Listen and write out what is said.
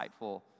insightful